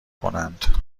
کنند